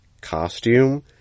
costume